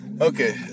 Okay